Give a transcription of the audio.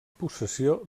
possessió